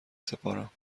سپارم